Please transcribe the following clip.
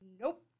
Nope